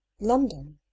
london